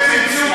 תקשיב, זה,